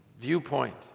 viewpoint